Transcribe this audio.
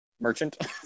Merchant